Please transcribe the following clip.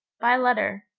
by letter,